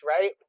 right